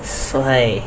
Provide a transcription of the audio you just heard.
so why